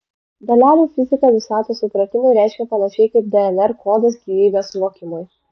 dalelių fizika visatos supratimui reiškia panašiai kaip dnr kodas gyvybės suvokimui